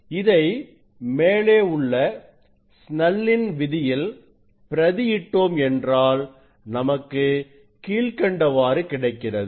இதை மேலே உள்ள சினெல்லின் விதியில் பிரதி இட்டோம் என்றால் நமக்கு கீழ்க்கண்டவாறு கிடைக்கிறது